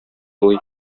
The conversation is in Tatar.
елый